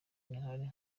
ntihari